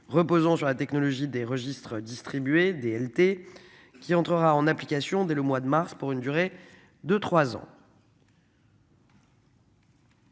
reposant sur la technologie des registres distribués DLT qui entrera en application dès le mois de mars pour une durée de 3 ans.